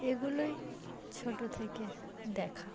এগুলোই ছোটো থেকে দেখা